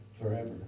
forever